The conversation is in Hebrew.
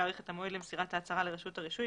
להאריך את המועד למסירת ההצהרה לרשות הרישוי,